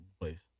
place